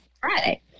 Friday